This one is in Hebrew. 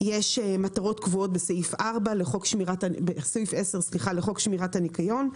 יש מטרות קבועות בסעיף 10 לחוק שמירת הניקיון.